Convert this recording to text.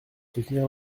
soutenir